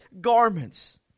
garments